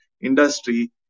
industry